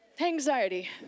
Anxiety